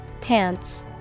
Pants